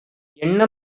எண்ண